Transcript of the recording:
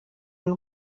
iyo